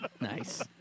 Nice